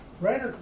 right